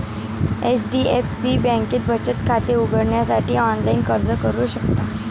HDFC बँकेत बचत खाते उघडण्यासाठी ऑनलाइन अर्ज करू शकता